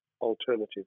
alternative